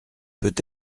peut